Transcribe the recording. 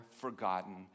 forgotten